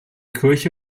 kirche